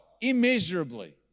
immeasurably